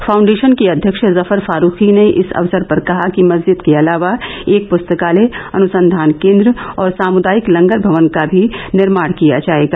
foundation के अध्यक्ष जफर फारूखी ने इस अवसर पर कहा कि मस्जिद के अलावा एक प्स्तकालय अनुसंधान केंद्र और सामुदायिक लगर भवन का भी निर्माण किया जाएगा